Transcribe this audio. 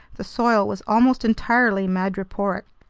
the soil was almost entirely madreporic,